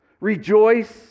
Rejoice